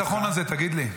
מאיפה הביטחון הזה, תגיד לי?